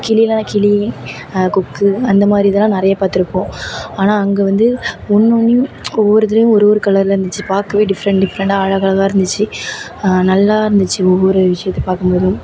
கிளினா கிளி கொக்கு அந்த மாதிரி இதெல்லாம் நிறைய பார்த்துருப்போம் ஆனால் அங்கே வந்து ஒன்று ஒன்றையும் ஒவ்வொரு இதுலேயும் ஒரு ஒரு கலரில் இருந்துச்சு பார்க்கவே டிஃப்ரெண்ட் டிஃப்ரெண்டாக அழகழகாக இருந்துச்சு நல்லா இருந்துச்சு ஒவ்வொரு விஷயத்த பார்க்கும் போதும்